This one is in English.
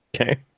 okay